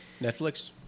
Netflix